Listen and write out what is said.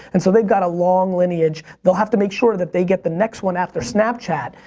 and so they've got a long lineage. they'll have to make sure that they get the next one after snapchat,